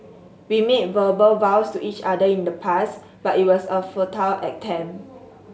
we made verbal vows to each other in the past but it was a futile attempt